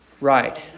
Right